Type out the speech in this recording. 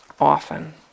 often